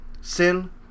sin